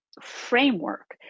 framework